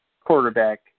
quarterback